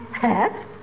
Hat